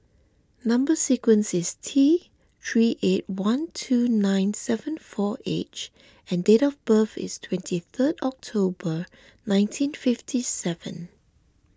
Number Sequence is T three eight one two nine seven four H and date of birth is twenty third October nineteen fifty seven